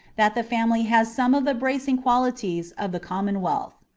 that the family has some of the bracing qualities of the commonwealth.